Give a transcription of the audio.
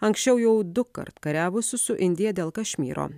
anksčiau jau dukart kariavusiu su indija dėl kašmyro